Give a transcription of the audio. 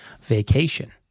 vacation